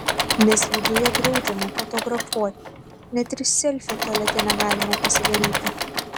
nes viduje draudžiama fotografuoti net ir selfio tualete negalima pasidaryti